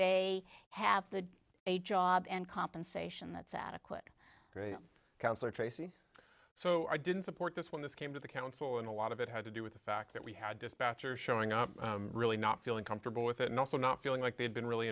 they have a job and compensation that's adequate counselor traci so i didn't support this when this came to the council and a lot of it had to do with the fact that we had dispatcher showing up really not feeling comfortable with it and also not feeling like they had been really